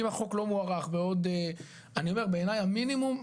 אם החוק לא מוארך בעוד" אני אומר מינימום,